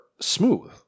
smooth